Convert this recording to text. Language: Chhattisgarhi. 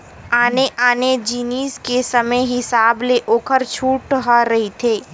आने आने जिनिस के समे हिसाब ले ओखर छूट ह रहिथे